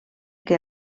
que